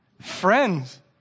Friends